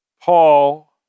Paul